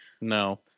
no